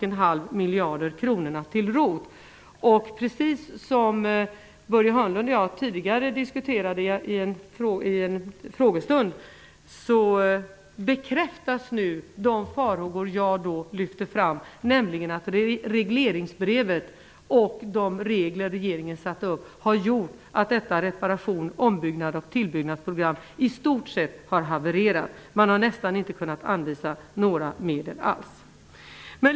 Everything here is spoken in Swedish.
Börje Hörnlund och jag diskuterade detta tidigare vid en frågestund. Nu bekräftas de farhågor jag då lyfte fram, nämligen att regleringsbrevet och de regler regeringen satte upp har gjort att detta reparations-, ombyggnadsoch tillbyggnadsprogram i stort sett har havererat. Man har nästan inte kunnat anvisa några medel alls.